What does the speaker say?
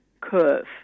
curve